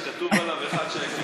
שכתוב עליו שקל אחד,